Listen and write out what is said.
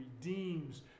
redeems